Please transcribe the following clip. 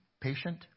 patient